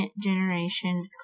generation